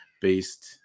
based